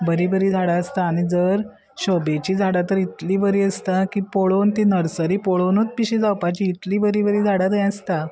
बरी बरी झाडां आसता आनी जर शोबेची झाडां तर इतली बरी आसता की पळोवन ती नर्सरी पळोवनूत पिशी जावपाची इतली बरी बरी झाडां थंय आसता